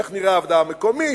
איך נראית הוועדה המקומית,